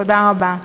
תודה רבה.